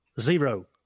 Zero